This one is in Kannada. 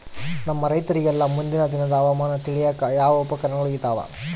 ನಮ್ಮ ರೈತರಿಗೆಲ್ಲಾ ಮುಂದಿನ ದಿನದ ಹವಾಮಾನ ತಿಳಿಯಾಕ ಯಾವ ಉಪಕರಣಗಳು ಇದಾವ?